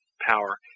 power